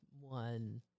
one